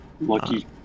Lucky